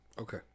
Okay